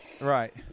Right